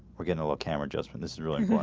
we're getting a little camera justin. this is really